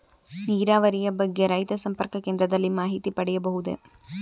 ನೀರಾವರಿಯ ಬಗ್ಗೆ ರೈತ ಸಂಪರ್ಕ ಕೇಂದ್ರದಲ್ಲಿ ಮಾಹಿತಿ ಪಡೆಯಬಹುದೇ?